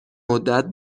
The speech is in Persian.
مدت